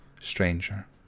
stranger